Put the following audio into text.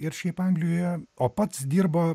ir šiaip anglijoje o pats dirbo